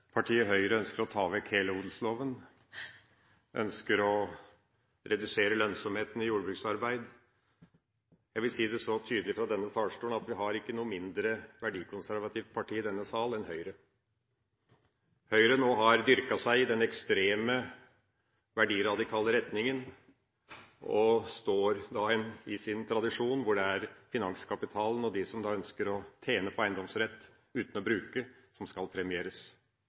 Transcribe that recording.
Partiet Høyre ønsker å ta vekk hele odelsloven. De ønsker å redusere lønnsomheten i jordbruksarbeid. Jeg vil si det så tydelig fra denne talerstolen: Vi har ikke noe mindre verdikonservativt parti i denne sal enn Høyre. Høyre har nå dyrket den ekstreme verdiradikale retningen, og står i sin tradisjon hvor det er finanskapitalen og de som ønsker å tjene på eiendomsrett uten å bruke, som skal premieres.